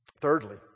Thirdly